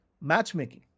matchmaking